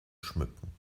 schmücken